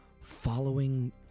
following